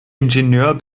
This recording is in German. ingenieur